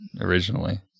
originally